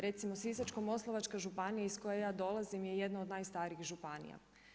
Recimo Sisačko-moslavačka županija iz koje ja dolazim je jedna od najstarijih županija.